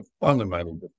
fundamental